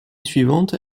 suivante